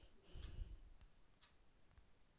बासमती चाबल अपने ऊगाब होथिं?